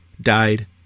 died